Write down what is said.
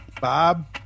Bob